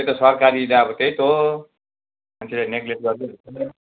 त्यही त सरकारी त अब त्यही त हो मान्छे नेग्लेक्ट गरिदिन्छ